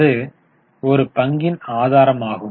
அது ஒரு ஒரு பங்கின் ஆதாரமாகும்